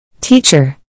Teacher